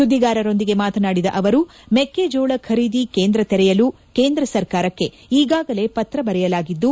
ಸುದ್ದಿಗಾರರೊಂದಿಗೆ ಮಾತನಾಡಿದ ಅವರು ಮೆಕ್ಕೆಜೋಳ ಖರೀದಿ ಕೇಂದ್ರ ತೆರೆಯಲು ಕೇಂದ್ರ ಸರ್ಕಾರಕ್ಷೆ ಈಗಾಗಲೇ ಪತ್ರ ಬರೆಯಲಾಗಿದ್ದು